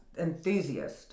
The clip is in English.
Enthusiast